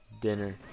dinner